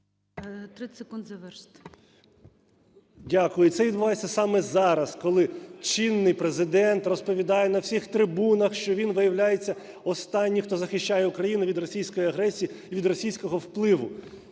30 секунд завершити. ЛЕЩЕНКО С.А. Дякую. Це відбувається саме зараз, коли чинний Президент розповідає на всіх трибунах, що він виявляється останній, хто захищає Україну від російської агресії і від російського впливу.